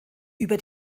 über